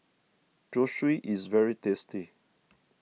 Zosui is very tasty